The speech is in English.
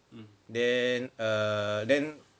then err then